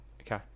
Okay